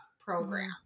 program